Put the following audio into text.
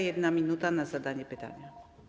1 minuta na zadanie pytania.